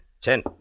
Ten